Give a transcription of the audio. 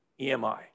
EMI